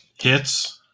Hits